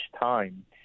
time